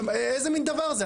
איזה מן דבר זה?